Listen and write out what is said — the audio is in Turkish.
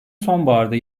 sonbaharda